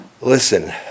listen